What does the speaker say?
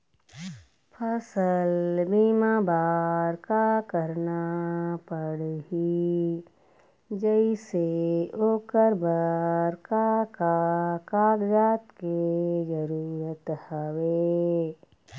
फसल बीमा बार का करना पड़ही जैसे ओकर बर का का कागजात के जरूरत हवे?